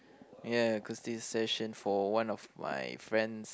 yeah acoustic session for one of my friend's